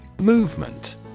Movement